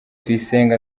tuyisenge